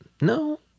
no